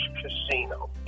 casino